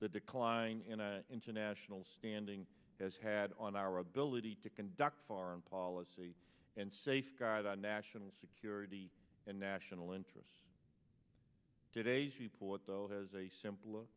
the decline in a international standing has had on our ability to conduct foreign policy and safeguard our national security and national interests today's report though has a simpler